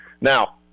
Now